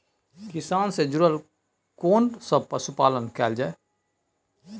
किसान से जुरल केना सब पशुपालन कैल जाय?